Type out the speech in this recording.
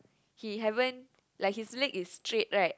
he haven't like his leg is straight right